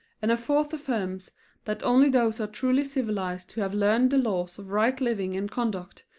and a fourth affirms that only those are truly civilized who have learned the laws of right living and conduct,